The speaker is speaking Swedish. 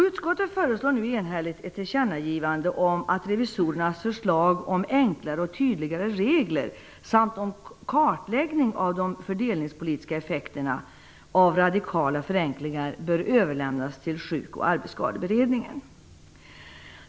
Utskottet föreslår nu enhälligt ett tillkännagivande om att revisorernas förslag om enklare och tydligare regler samt om kartläggning av de fördelningspolitiska effekterna av radikala förenklingar bör överlämnas till Sjuk och arbetsskadeberedningen.